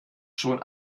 schon